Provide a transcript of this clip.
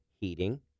heating